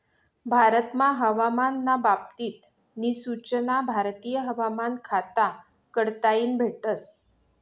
भारतमा हवामान ना बाबत नी सूचना भारतीय हवामान खाता कडताईन भेटस